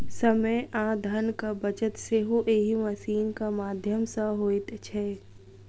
समय आ धनक बचत सेहो एहि मशीनक माध्यम सॅ होइत छै